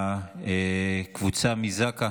לקבוצה מזק"א